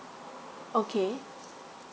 okay